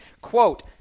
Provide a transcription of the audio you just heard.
Quote